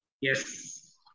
Yes